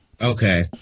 okay